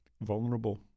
vulnerable